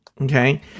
Okay